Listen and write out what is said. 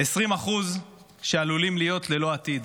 20% שעלולים להיות ללא עתיד,